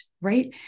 Right